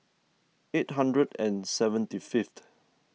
eight hundred and seventy fiith